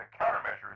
countermeasures